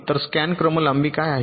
तर स्कॅन क्रम लांबी काय आहे